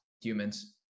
humans